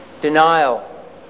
Denial